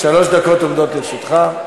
שלוש דקות עומדות לרשותך.